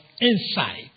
insight